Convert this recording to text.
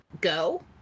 go